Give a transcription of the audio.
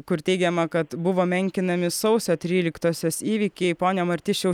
kur teigiama kad buvo menkinami sausio tryliktosios įvykiai pone martišiau